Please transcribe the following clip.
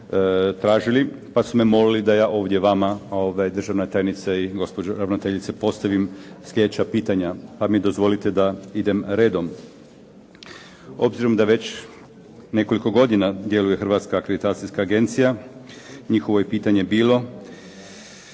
tražili pa su me molili da ja ovdje vama državna tajnice i gospođo ravnateljice postavim slijedeća pitanja, pa mi dozvolite da idem redom. Obzirom da već nekoliko godina djeluje Hrvatska akreditacijska agencija njihovo je pitanje bilo